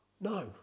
No